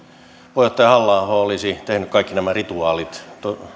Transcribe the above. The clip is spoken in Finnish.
puheenjohtaja halla aho olisi tehnyt kaikki nämä rituaalit